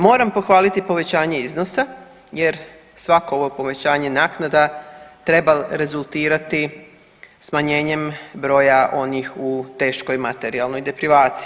Moram pohvaliti povećanje iznosa jer svako ovo povećanje naknada treba rezultirati smanjenjem broja onih u teškoj materijalnoj deprivaciji.